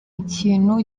ikintu